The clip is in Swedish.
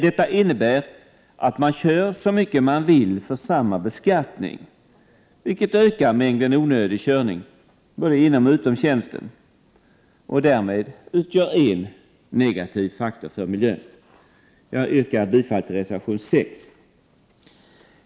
Detta innebär att man kör så mycket man vill för samma beskattning, vilket ökar mängden onödig körning både inom och utom tjänsten och därmed utgör en negativ faktor för miljön. Jag yrkar bifall till reservation 6.